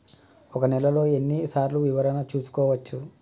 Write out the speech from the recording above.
ఒక నెలలో ఎన్ని సార్లు వివరణ చూసుకోవచ్చు?